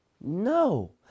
no